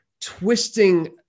twisting